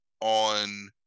on